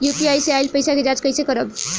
UPI से आइल पईसा के जाँच कइसे करब?